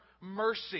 mercy